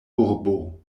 urbo